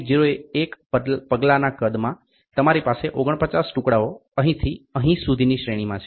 01 પગલાના કદમાં તમારી પાસે 49 ટુકડાઓ અહીંથી અહીં સુધીની શ્રેણીમાં છે